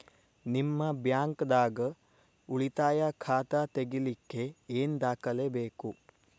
ನಿಮ್ಮ ಬ್ಯಾಂಕ್ ದಾಗ್ ಉಳಿತಾಯ ಖಾತಾ ತೆಗಿಲಿಕ್ಕೆ ಏನ್ ದಾಖಲೆ ಬೇಕು?